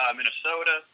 Minnesota